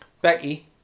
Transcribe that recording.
Becky